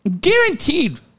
guaranteed